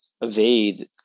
evade